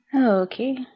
Okay